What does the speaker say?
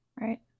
right